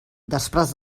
després